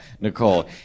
Nicole